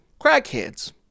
crackheads